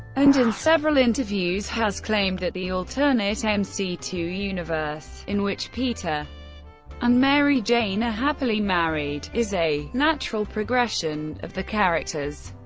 and in several interviews has claimed that the alternate m c two universe, in which peter and mary jane are happily married, is a natural progression of the characters.